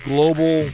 Global